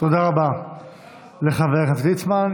תודה רבה לחבר הכנסת ליצמן.